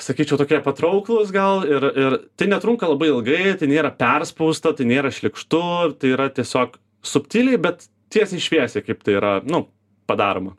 sakyčiau tokie patrauklūs gal ir ir tai netrunka labai ilgai tai nėra perspausta tai nėra šlykštu tai yra tiesiog subtiliai bet tiesiai šviesiai kaip tai yra nu padaroma